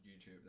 YouTube